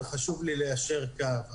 וחשוב לי ליישר קו.